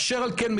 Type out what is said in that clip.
אשר על כן,